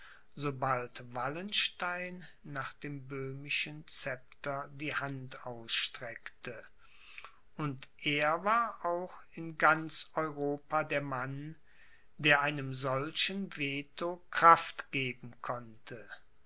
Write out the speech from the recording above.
sobald wallenstein nach dem böhmischen scepter die hand ausstreckte und er war auch in ganz europa der mann der einem solchen veto kraft geben konnte